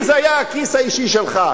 אם זה היה הכיס האישי שלך,